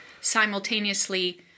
simultaneously